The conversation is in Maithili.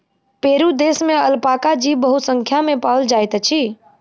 पेरू देश में अलपाका जीव बहुसंख्या में पाओल जाइत अछि